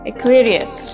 Aquarius